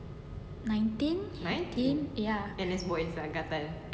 nineteen eighteen ya